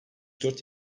dört